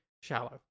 shallow